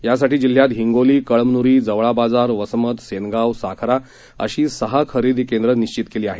यासाठी जिल्ह्यात हिंगोली कळमनुरी जवळा बाजार वसमत सेनगाव साखरा अशी सहा खरेदी केंद्र निश्वित केली आहेत